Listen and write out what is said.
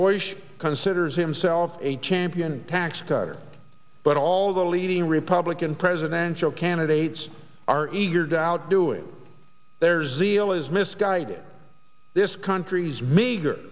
bush considers himself a champion tax cutter but all the leading republican presidential candidates are eager doubt doing their zeal is misguided this country's meager